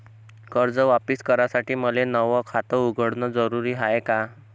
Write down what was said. कर्ज वापिस करासाठी मले नव खात उघडन जरुरी हाय का?